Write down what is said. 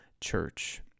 church